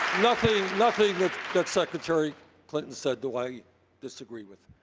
nothing nothing that secretary clinton said do i disagree with.